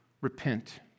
Repent